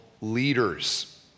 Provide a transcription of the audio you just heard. leaders